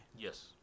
Yes